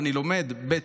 אני לומד, ב.